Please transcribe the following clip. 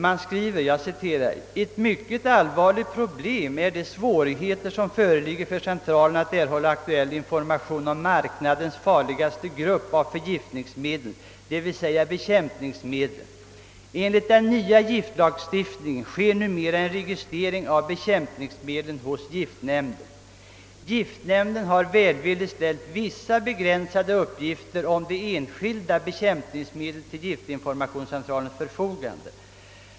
Jag citerar: »Ett mycket allvarligt problem är de svårigheter, som föreligger för centralen att erhålla aktuell information om marknadens farligaste grupp av förgiftningsmedlen d.v.s. bekämpningsmedlen. Enligt den nya giftlagstiftningen sker numera en registrering av bekämpningsmedlen hos giftnämnden. Giftnämnden har välvilligt ställt vissa begränsade uppgifter om de enskilda bekämpningsmedlen till giftinformationscentralens förfogande.